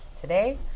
today